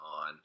on